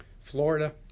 Florida